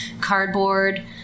cardboard